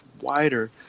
wider